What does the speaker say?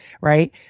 Right